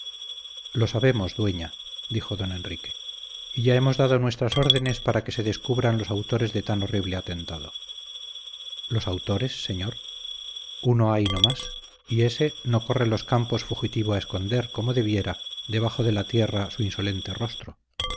lo sabemos dueña dijo don enrique y ya hemos dado nuestras órdenes para que se descubran los autores de tan horrible atentado los autores señor uno hay no más y ése no corre los campos fugitivo a esconder como debiera debajo la tierra su insolente rostro